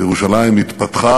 וירושלים התפתחה,